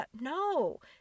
No